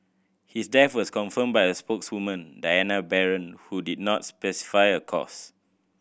his death was confirmed by a spokeswoman Diana Baron who did not specify a cause